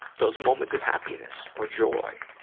those moments of happiness or joy,